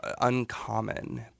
uncommon